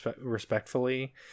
respectfully